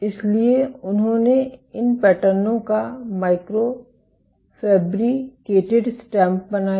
इसलिए उन्होंने इन पैटर्नों का माइक्रो फैब्रिकेटेड स्टैम्प बनाया